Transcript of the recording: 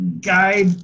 guide